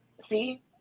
See